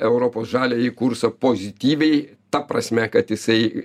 europos žaliąjį kursą pozityviai ta prasme kad jisai